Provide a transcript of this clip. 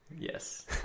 Yes